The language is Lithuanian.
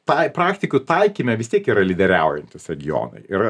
tai praktikų taikyme vis tiek yra lyderiaujantys regionai ir